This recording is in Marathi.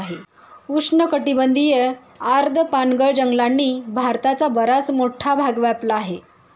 उष्णकटिबंधीय आर्द्र पानगळ जंगलांनी भारताचा बराच मोठा भाग व्यापला आहे